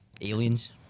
aliens